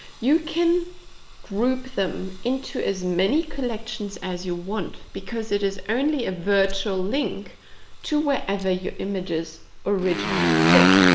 you can group them into as many collections as you want, because it is only a virtual link to wherever your images originally sit.